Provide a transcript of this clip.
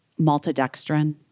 maltodextrin